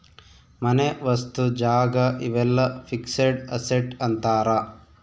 ಮನೆ ವಸ್ತು ಜಾಗ ಇವೆಲ್ಲ ಫಿಕ್ಸೆಡ್ ಅಸೆಟ್ ಅಂತಾರ